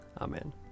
Amen